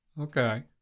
Okay